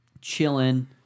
chilling